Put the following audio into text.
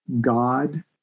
God